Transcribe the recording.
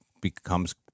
becomes